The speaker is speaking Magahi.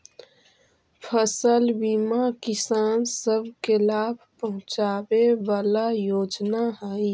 फसल बीमा किसान सब के लाभ पहुंचाबे वाला योजना हई